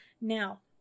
Now